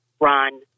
run